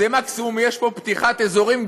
מקסימום יש פה פתיחת אזורים,